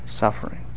suffering